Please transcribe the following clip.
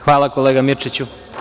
Hvala, kolega Mirčiću.